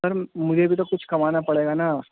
سر مجھے بھی تو کچھ کمانا پڑے گا نا